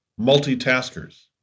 multitaskers